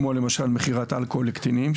כמו למשל מכירת אלכוהול לקטינים,